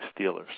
Steelers